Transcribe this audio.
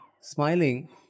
smiling